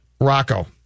Rocco